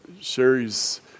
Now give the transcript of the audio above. Sherry's